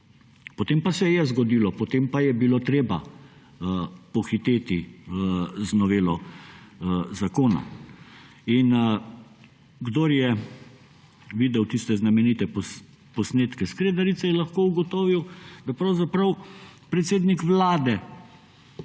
potem pa se je zgodilo, potem pa je bilo treba pohiteti z novelo zakona. In kdor je videl tiste znamenite posnetke s Kredarice, je lahko ugotovil, da je pravzaprav predsednik Vlade